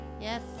Yes